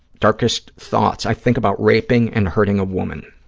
darkest thoughts. i think about raping and hurting a woman.